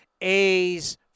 A's